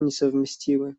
несовместимы